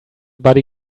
body